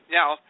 now